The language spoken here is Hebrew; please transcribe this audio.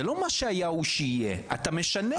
זה לא מה שהיה הוא שיהיה, אתה משנה את המצב.